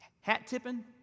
hat-tipping